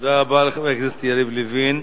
תודה רבה לחבר הכנסת יריב לוין.